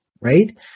right